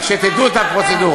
רק שתדעו את הפרוצדורה.